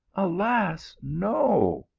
alas, no!